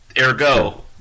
Ergo